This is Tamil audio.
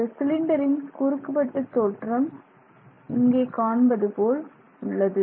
இந்த சிலிண்டரின் குறுக்கு வெட்டு தோற்றம் இங்கே காண்பது போல் உள்ளது